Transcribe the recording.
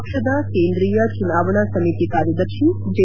ಪಕ್ಷದ ಕೇಂದ್ರಿಯ ಚುನಾವಣಾ ಸಮಿತಿ ಕಾರ್ಯದರ್ಶಿ ಜೆ